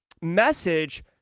message